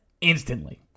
instantly